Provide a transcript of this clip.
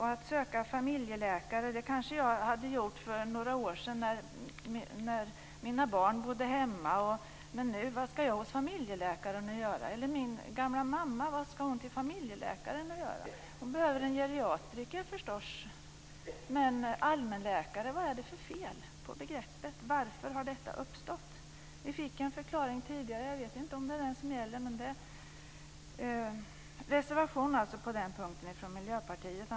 Kanske hade jag sökt familjeläkare för några år sedan, när mina barn bodde hemma. Men vad ska jag hos familjeläkaren att göra nu? Min gamla mamma, vad ska hon till familjeläkare att göra? Hon behöver en geriatriker. Vad är det för fel på begreppet allmänläkare? Varför har denna situation uppstått? Vi fick en förklaring tidigare. Jag vet inte om det är den som gäller. På den punkten finns en reservation från Miljöpartiet.